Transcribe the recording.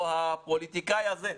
או הפוליטיקאי הזה.